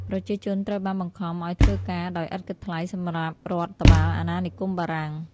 ប្រជាជនត្រូវបានបង្ខំឱ្យធ្វើការដោយឥតគិតថ្លៃសម្រាប់រដ្ឋបាលអាណានិគមបារាំង។